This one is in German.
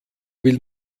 will